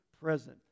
present